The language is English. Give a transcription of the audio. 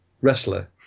wrestler